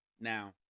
Now